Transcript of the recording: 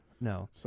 No